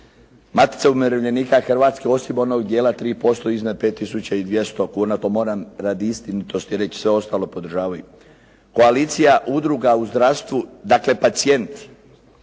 Matica umirovljenika Hrvatske osim onog dijela 3% iznad 5 tisuća i 200 kuna. To moram radi istinitosti reći sve ostalo podržavaju. Koalicija udruga u zdravstvu, dakle pacijenti.